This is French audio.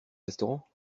restaurant